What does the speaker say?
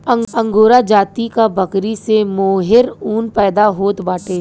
angora जाति क बकरी से मोहेर ऊन पैदा होत बाटे